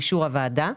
באישור הוועדה,